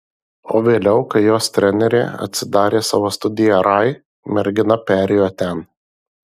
o vėliau kai jos trenerė atsidarė savo studiją rai mergina perėjo ten